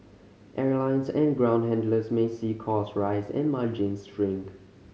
airlines and ground handlers may see costs rise and margins shrink